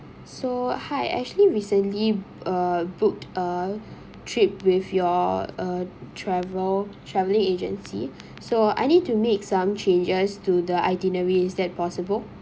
so hi actually recently uh book uh trip with your uh travel travelling agency so I need to make some changes to the itinerary is that possible